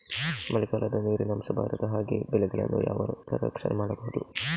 ಮಳೆಗಾಲದಲ್ಲಿ ನೀರಿನ ಅಂಶ ಬಾರದ ಹಾಗೆ ಬೆಳೆಗಳನ್ನು ಯಾವ ತರ ರಕ್ಷಣೆ ಮಾಡ್ಬಹುದು?